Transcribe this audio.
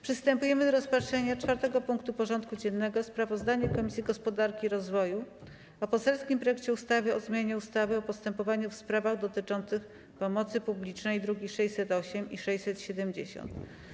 Przystępujemy do rozpatrzenia punktu 4. porządku dziennego: Sprawozdanie Komisji Gospodarki i Rozwoju o poselskim projekcie ustawy o zmianie ustawy o postępowaniu w sprawach dotyczących pomocy publicznej (druki nr 608 i 670)